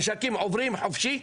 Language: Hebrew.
הנשקים עוברים חופשי,